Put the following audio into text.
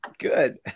good